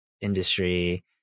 industry